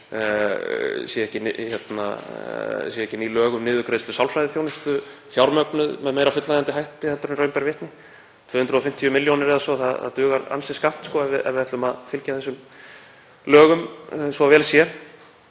séu ekki ný lög um niðurgreiðslu sálfræðiþjónustu fjármögnuð með meira fullnægjandi hætti en raun ber vitni, 250 milljónir eða svo. Það dugar ansi skammt ef við ætlum að fylgja þessum lögum svo vel sé.